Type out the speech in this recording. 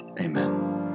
Amen